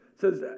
says